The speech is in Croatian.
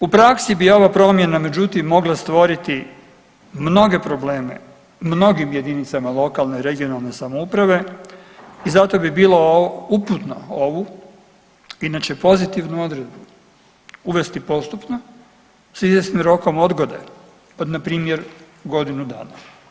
U praksi bi ova promjena, međutim, mogla stvoriti mnoge probleme, mnogim jedinicama lokalne i regionalne samouprave i zato bi bilo uputno ovu inače pozitivnu odredbu uvesti postupno s izvjesnim rokom odgode od npr. godinu dana.